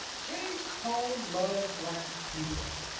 james cone loved black people.